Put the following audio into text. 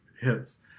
hits